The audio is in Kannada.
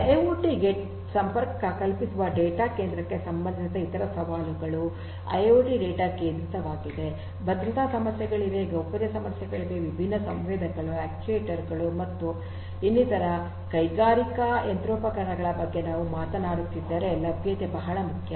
ಐಐಒಟಿ ಗೆ ಸಂಪರ್ಕ ಕಲ್ಪಿಸುವ ಡೇಟಾ ಕೇಂದ್ರಕ್ಕೆ ಸಂಬಂಧಿಸಿದಂತೆ ಇತರ ಸವಾಲುಗಳು ಐಐಒಟಿ ಡೇಟಾ ಕೇಂದ್ರಿತವಾಗಿದೆ ಭದ್ರತಾ ಸಮಸ್ಯೆಗಳಿವೆ ಗೌಪ್ಯತೆ ಸಮಸ್ಯೆಗಳಿವೆ ವಿಭಿನ್ನ ಸಂವೇದಕಗಳು ಅಕ್ಟುಯೇಟರ್ ಗಳು ಮತ್ತು ಇನ್ನಿತರ ಕೈಗಾರಿಕಾ ಯಂತ್ರೋಪಕರಣಗಳ ಬಗ್ಗೆ ನಾವು ಮಾತನಾಡುತ್ತಿದ್ದರೆ ಲಭ್ಯತೆ ಬಹಳ ಮುಖ್ಯ